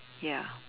ya